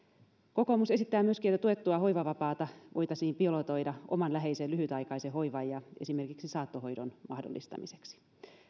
kokoomus esittää myöskin että tuettua hoivavapaata voitaisiin pilotoida oman läheisen lyhytaikaisen hoivan ja esimerkiksi saattohoidon mahdollistamiseksi